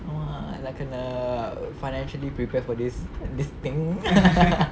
!alamak! nak kena financially prepare for this this thing